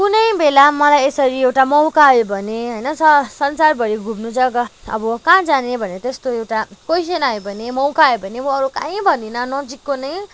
कुनै बेला मलाई यसरी एउटा मौका आयो भने होइन स संसारभरि घुम्नु जग्गा अब कहाँ जाने भनेर त्यस्तो एउटा कोइसन आयो भने मौका आयो भने म अरू कहीँ भन्दिनँ नजिकको नै